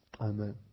Amen